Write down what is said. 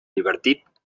divertit